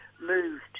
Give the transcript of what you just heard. moved